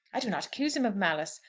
i do not accuse him of malice.